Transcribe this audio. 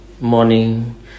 morning